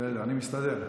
בסדר, אני מסתדר.